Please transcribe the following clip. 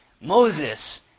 Moses